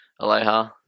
Aloha